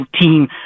team